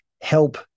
help